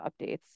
updates